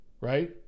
right